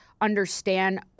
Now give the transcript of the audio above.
understand